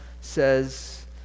says